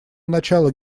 начала